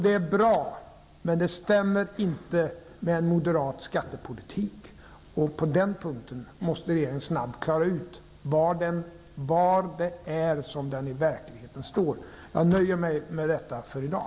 Det är bra, men det stämmer inte med en moderat skattepolitik. På den punkten måste regeringen alltså snabbt klara ut var den i verkligheten står. Jag nöjer mig med detta i dag.